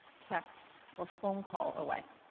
text or phone call away.